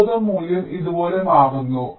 പ്രതിരോധ മൂല്യം ഇതുപോലെ മാറുന്നു